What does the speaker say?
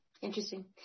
Interesting